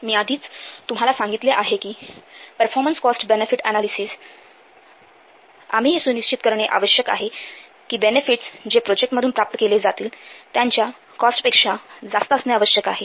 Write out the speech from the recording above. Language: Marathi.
मी आधीच हे तुम्हाला सांगितले आहे कि परफॉर्मन्स कॉस्ट बेनेफिट अनालिसिस आम्ही हे सुनिश्चित करणे आवश्यक आहे की बेनेफिटस जे प्रोजेक्टमधून प्राप्त केले जातील त्यांच्या कॉस्टपेक्षा जास्त असणे आवश्यक आहे